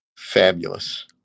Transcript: Fabulous